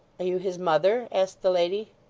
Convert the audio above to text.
are you his mother asked the lady.